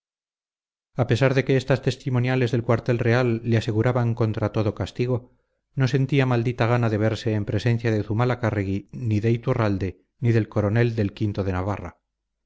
a pesar de que estas testimoniales del cuartel real le aseguraban contra todo castigo no sentía maldita gana de verse en presencia de zumalacárregui ni de iturralde ni del coronel del o de navarra